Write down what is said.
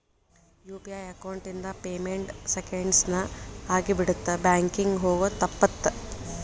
UPI account ಇಂದ payment seconds ನ ಆಗಿಬಿಡತ್ತ ಬ್ಯಾಂಕಿಂಗ್ ಹೋಗೋದ್ ತಪ್ಪುತ್ತ